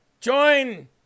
join